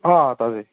ꯑꯥ ꯇꯥꯖꯩ